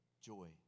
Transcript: Joy